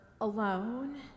alone